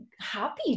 happy